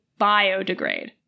biodegrade